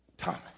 Thomas